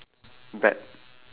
below the green colour poster